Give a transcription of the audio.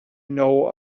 know